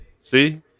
See